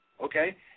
Okay